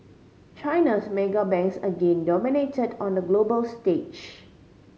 China's mega banks again dominated on the global stage